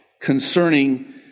concerning